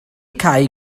cau